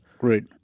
Right